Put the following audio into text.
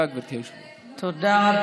תודה, גברתי היושבת-ראש.